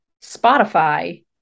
Spotify